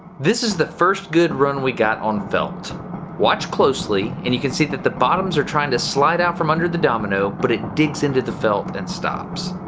this is the first good run we got on felt watch closely and you can see that the bottoms are trying to slide out from under the domino but it digs into the felt and stops